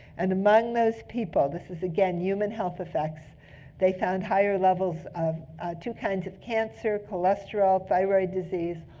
and among those people this is, again, human health effects they found higher levels of two kinds of cancer, cholesterol, thyroid disease,